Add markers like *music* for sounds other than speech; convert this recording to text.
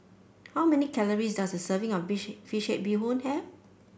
how many calories does a serving of *unintelligible* fish head Bee Hoon have